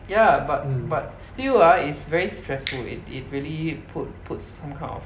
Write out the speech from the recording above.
ya but but still ah is very stressful it it really put puts some kind of